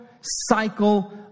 cycle